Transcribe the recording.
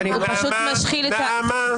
נעמה.